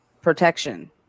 protection